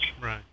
Right